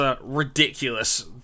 ridiculous